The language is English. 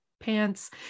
pants